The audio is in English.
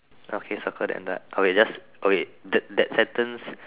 okay circle the entire okay just okay that that sentence